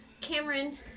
Cameron